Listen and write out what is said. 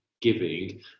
giving